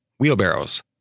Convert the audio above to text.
wheelbarrows